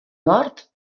nord